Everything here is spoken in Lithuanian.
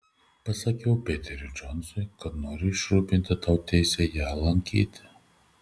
pasakiau peteriui džonsui kad noriu išrūpinti tau teisę ją lankyti